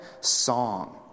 song